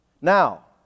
Now